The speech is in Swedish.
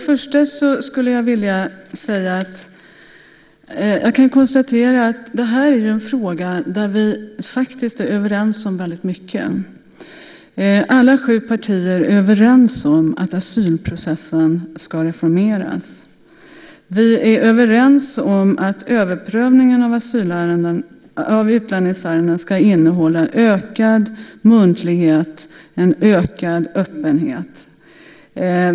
Fru talman! Jag kan konstatera att det här är en fråga där vi faktiskt är överens om väldigt mycket. Alla sju partier är överens om att asylprocessen ska reformeras. Vi är överens om att överprövningen av utlänningsärenden ska innehålla ökad muntlighet, en ökad öppenhet.